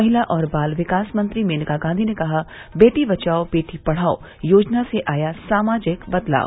महिला और बाल विकास मंत्री मेनका गांधी ने कहा बेटी बचाओ बेटी पढ़ाओ योजना से आया सामाजिक बदलाव